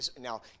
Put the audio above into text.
now